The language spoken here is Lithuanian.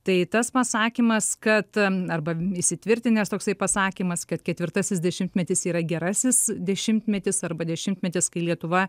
tai tas pasakymas kad arba įsitvirtinęs toksai pasakymas kad ketvirtasis dešimtmetis yra gerasis dešimtmetis arba dešimtmetis kai lietuva